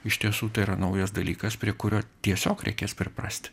iš tiesų tai yra naujas dalykas prie kurio tiesiog reikės priprasti